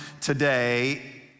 today